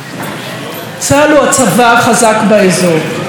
צה"ל הוא הצבא החזק באזור.